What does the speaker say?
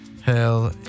Hell